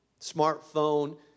smartphone